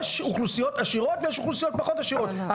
יש אוכלוסיות עשירות ויש אוכלוסיות פחות עשירות.